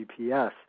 GPS